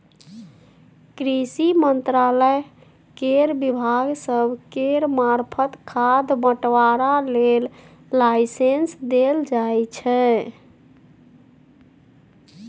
कृषि मंत्रालय केर विभाग सब केर मार्फत खाद बंटवारा लेल लाइसेंस देल जाइ छै